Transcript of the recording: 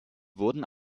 wurden